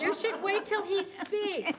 yeah should wait till he speaks.